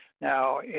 Now